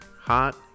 hot